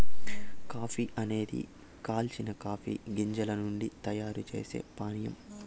coffee అనేది కాల్చిన coffee గింజల నుండి తయారు చేసే పానీయం